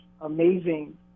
amazing